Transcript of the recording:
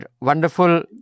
wonderful